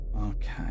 Okay